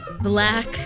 black